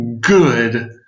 good –